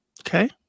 Okay